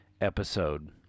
episode